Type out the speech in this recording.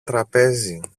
τραπέζι